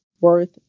worth